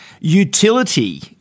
utility